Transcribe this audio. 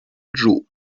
joe